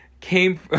came